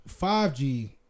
5G